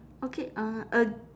okay uh a